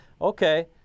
okay